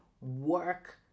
work